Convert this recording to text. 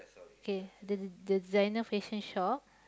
okay the the the designer fashion shop